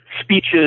speeches